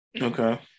Okay